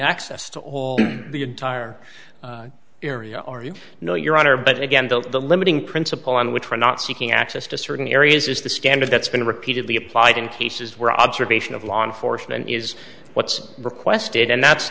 access to the entire area or you know your honor but again the the limiting principle on which we're not seeking access to certain areas is the standard that's been repeatedly applied in cases where observation of law enforcement is what's requested and that's